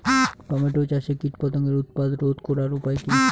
Tomato চাষে কীটপতঙ্গের উৎপাত রোধ করার উপায় কী?